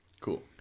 Cool